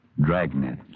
Dragnet